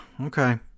okay